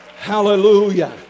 Hallelujah